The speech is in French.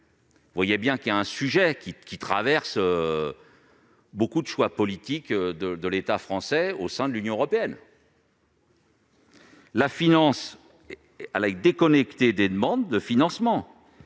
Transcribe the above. Vous voyez bien qu'il y a un problème, qui traverse beaucoup de choix politiques de la France au sein de l'Union européenne. Le monde de la finance a été déconnecté des demandes de financement.